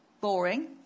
boring